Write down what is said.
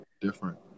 different